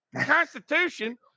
Constitution